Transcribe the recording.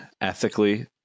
ethically